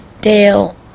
Dale